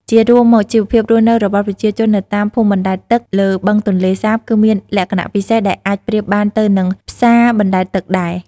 ជារួមមក ជីវភាពរស់នៅរបស់ប្រជាជននៅតាមភូមិបណ្ដែតទឹកលើបឹងទន្លេសាបគឺមានលក្ខណៈពិសេសដែលអាចប្រៀបបានទៅនឹងផ្សារបណ្ដែតទឹកដែរ។